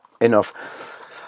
enough